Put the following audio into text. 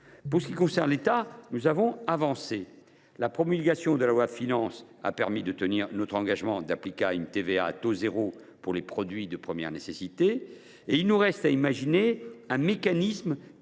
point. De son côté, l’État a avancé. La promulgation de la loi de finances nous a permis de tenir notre engagement d’appliquer une TVA à taux zéro sur les produits de première nécessité. Il nous reste à imaginer un mécanisme pour